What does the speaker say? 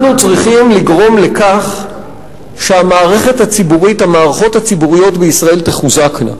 אנחנו צריכים לגרום לכך שהמערכות הציבוריות בישראל תחוזקנה.